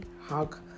hug